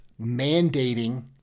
mandating